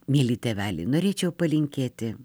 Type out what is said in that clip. mieli tėveliai norėčiau palinkėti